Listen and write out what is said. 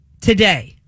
today